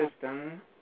system